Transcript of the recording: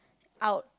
out